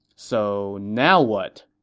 so now what?